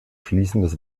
fließendes